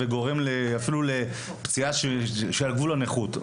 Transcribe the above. וגורם לפציעה שעל גבול הנכות,